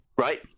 right